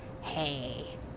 Hey